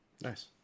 Nice